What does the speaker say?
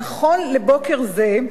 נכון לבוקר זה,